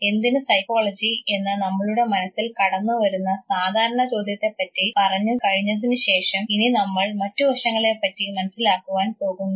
എന്തിന് സൈക്കോളജി എന്ന് നമ്മുടെ മനസ്സിൽ കടന്നുവരുന്ന സാധാരണ ചോദ്യത്തെപ്പറ്റി പറഞ്ഞു കഴിഞ്ഞതിനുശേഷം ഇനി നമ്മൾ മറ്റ് വശങ്ങളെപ്പറ്റി മനസ്സിലാക്കുവാൻ പോകുന്നു